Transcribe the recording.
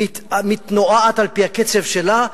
מתנועעת על-פי הקצב שלה,